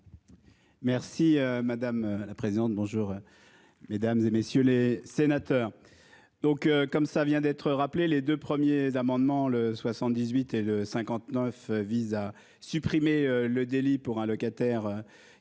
Merci madame la présidente, bonjour. Mesdames, et messieurs les sénateurs. Donc comme ça vient d'être rappelé les deux premiers amendements le 78 et le 59 vise à supprimer le délit pour un locataire